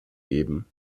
geben